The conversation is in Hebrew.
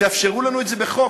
תאפשרו לנו את זה בחוק.